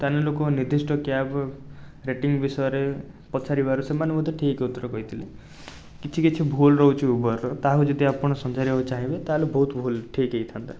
ତାହାଲେ ଲୋକମାନେ ନିର୍ଦ୍ଦିଷ୍ଟ କ୍ୟାବ୍ ରେଟିଙ୍ଗ୍ ବିଷୟରେ ପଚାରିବାରୁ ସେମାନେ ମଧ୍ୟ ଠିକ୍ ଉତ୍ତର କହିଥିଲେ କିଛି କିଛି ଭୁଲ୍ ରହୁଛି ଉବେରର ତାହାକୁ ଯଦି ଆପଣ ସୁଧାରିବାକୁ ଚାହିଁବେ ତାହେଲେ ବହୁତ ଭୁଲ୍ ଠିକ୍ ହେଇଥାନ୍ତା